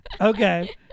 Okay